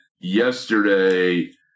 yesterday